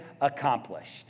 accomplished